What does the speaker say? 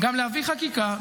-- גם להביא חקיקה,